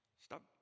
stop